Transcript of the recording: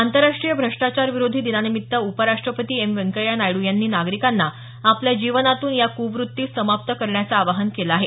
आंतरराष्ट्रीय भ्रष्टाचार विरोधी दिनानिमित्त उपराष्टपती एम व्यंकय्या नायड्र यांनी नागरिकांना आपल्या जीवनातून या कुवृत्तीस समाप्त करण्याचं आवाहन केलं आहे